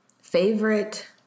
favorite